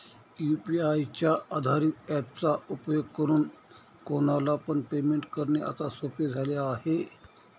UPI च्या आधारित app चा उपयोग करून कोणाला पण पेमेंट करणे आता सोपे झाले आहे